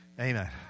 Amen